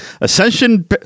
ascension